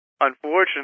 unfortunately